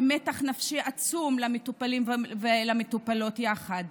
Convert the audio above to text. ומתח נפשי עצום למטופלים ולמטופלות יחד.